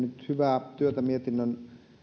hyvää työtä mietinnön